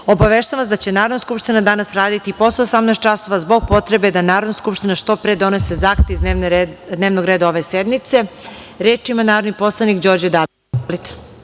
obaveštavam vas da će Narodna skupština danas raditi i posle 18.00 časova, zbog potrebe da Narodna skupština što pre donese akte iz dnevnog reda ove sednice. Reč ima narodni poslanik Đorđe Dabić.